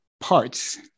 parts